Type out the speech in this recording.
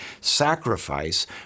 sacrifice